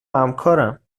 همکارم